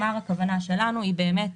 הכוונה שלנו היא באמת